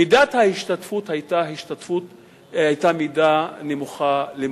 מידת ההשתתפות היתה מידה נמוכה למדי.